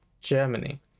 Germany